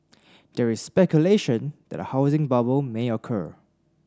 there is speculation that a housing bubble may occur